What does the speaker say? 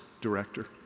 director